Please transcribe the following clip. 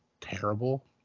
terrible